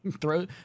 Throw